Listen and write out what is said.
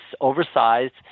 oversized